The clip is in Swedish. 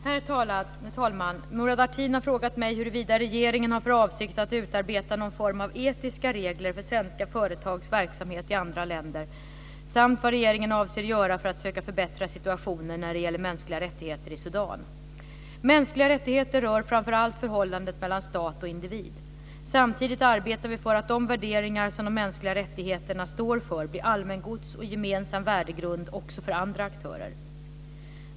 Herr talman! Murad Artin har frågat mig huruvida regeringen har för avsikt att utarbeta någon form av etiska regler för svenska företags verksamhet i andra länder samt vad regeringen avser att göra för att söka förbättra situationen när det gäller mänskliga rättigheter i Sudan. Mänskliga rättigheter rör framför allt förhållandet mellan stat och individ. Samtidigt arbetar vi för att de värderingar som de mänskliga rättigheterna står för blir allmängods och gemensam värdegrund också för andra aktörer.